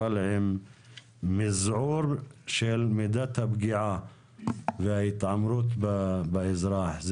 אבל עם מזעור של מידת הפגיעה וההתעמרות באזרח,